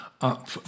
up